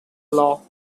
law